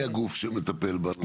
מי הגוף שמטפל בנושא הזה?